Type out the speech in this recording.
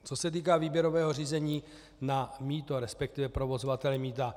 Co se týká výběrového řízení na mýto, resp. provozovatele mýta.